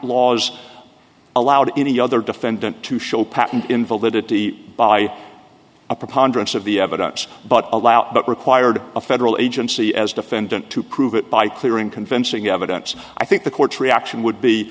laws allowed any other defendant to show patent invalidity by a preponderance of the evidence but allowed but required a federal agency as a defendant to prove it by clear and convincing evidence i think the courts reaction would be